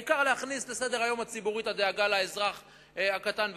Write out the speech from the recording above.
העיקר להכניס לסדר-היום הציבורי את הדאגה לאזרח הקטן,